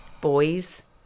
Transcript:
Boys